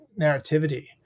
narrativity